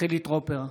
חילי טרופר,